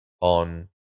on